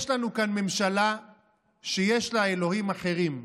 יש לנו כאן ממשלה שיש לה אלוהים אחרים,